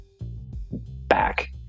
back